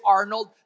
Arnold